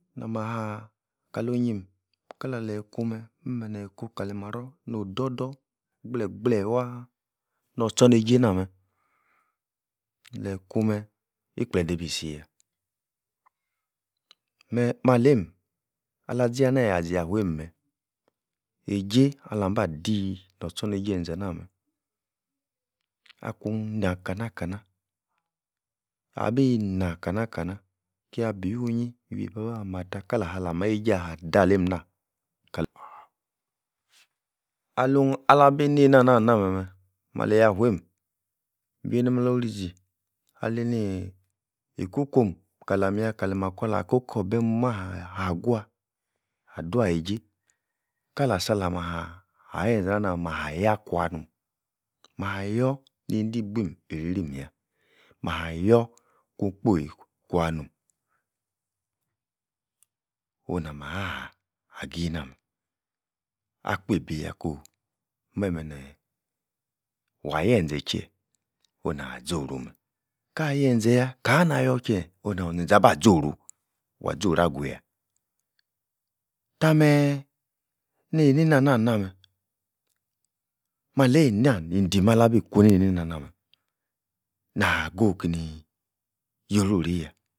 nah-mah haaah kalo-onyim, kala-lei ku-meh-meh neh-ku kali marror no'h dor-dor gbleh-gbleh wah nor-tchor neije nah-meh aleyi-ku, meh igbledei bisi-yah, meh maleim alah, zi-yah nia-yah ziakueim meh eije alam bah dii nor-tchor-neije enza-nah-meh akun-naka-kanah abi na, kana-kana, kiabiwuo-onyi, iwieipa abah mah-tah, kalasala mah-wueije adaleimnah, kal alin alabi neina nah-meh, meh meliafueim, iweinim lorizi, alenii ikukwom kalam-yah kali-makwa-la kokorbeh momah haah haguah, adua-eije, kalasala-maah ayenza ah-nah nah-meh, mah-yakwua no'm mah-yor neidibuim eireirim yah, mah-yor kun-kpio kwa-no'm onu-nah-mah haaa-agih nah-meh, akpebiyah koo'h meh-meh neh waah yenze chie onah-zoru-meh kah-yenze-yah, kana-nayor chie onoh zenze abah zoru? wah-zoru aguyah tah-meeeh neineina nah nah-meh malei-na nidim alabi kuneineina-nah-nah meh nah-go geni yorori-yah